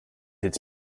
its